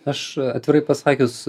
aš atvirai pasakius